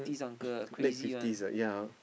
late fifties ah ya